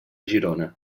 girona